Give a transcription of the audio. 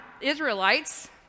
Israelites